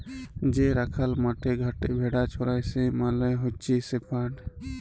যে রাখাল মাঠে ঘাটে ভেড়া চরাই সে মালে হচ্যে শেপার্ড